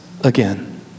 again